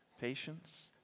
patience